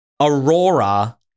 Aurora